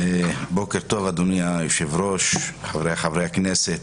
בוקר טוב אדוני היו"ר, חברי הכנסת.